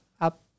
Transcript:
up